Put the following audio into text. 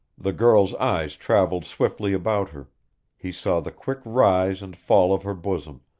the girl's eyes traveled swiftly about her he saw the quick rise and fall of her bosom,